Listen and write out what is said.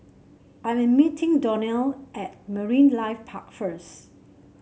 I am meeting Donnell at Marine Life Park first